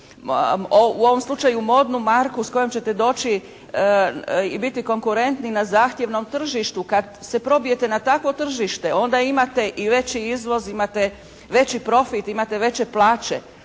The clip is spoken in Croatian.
u ovom slučaju modnu marku s kojom ćete doći i biti konkurentni na zahtjevnom tržištu. Kad se probijete na takvo tržište onda imate i veći izvoz, imate veći profit, imate veće plaće.